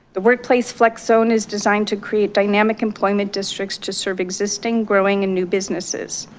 the workplace flex zone is designed to create dynamic employment districts to serve existing growing and new businesses.